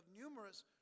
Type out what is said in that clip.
numerous